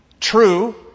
true